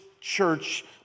church